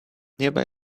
nearby